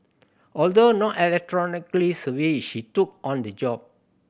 although not electronically savvy she took on the job